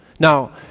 Now